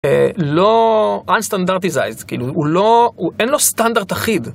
הוא לא.. unstandardized, הוא לא.. אין לו סטנדרט אחיד.